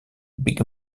big